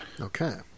okay